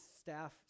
staff